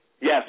yes